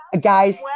guys